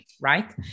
right